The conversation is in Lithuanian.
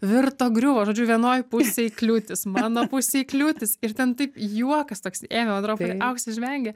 virto griuvo žodžiu vienoj pusėj kliūtys mano pusėj kliūtys ir ten taip juokas toks ėmė man atrodo pati auksė žvengė